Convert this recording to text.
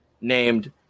named